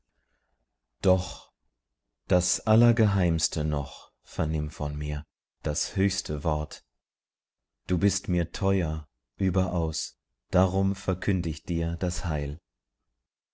doch das allergeheimste noch vernimm von mir das höchste wort du bist mir teuer überaus darum verkünd ich dir das heil